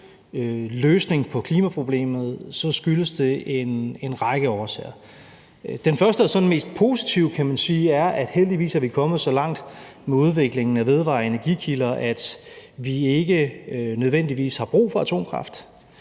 løsning på klimaproblemet, skyldes det en række årsager. Den første og sådan mest positive, kan man sige, er, at vi heldigvis er kommet så langt med udviklingen af vedvarende energikilder, at vi ikke nødvendigvis har brug for atomkraft.